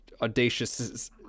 audacious